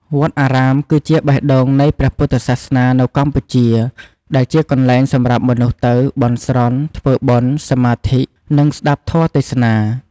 វត្តអារាម គឺជាបេះដូងនៃព្រះពុទ្ធសាសនានៅកម្ពុជា ដែលជាកន្លែងសម្រាប់មនុស្សទៅ បន់ស្រន់ ធ្វើបុណ្យ សមាធិ និងស្ដាប់ធម៌ទេសនា។